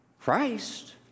Christ